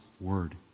word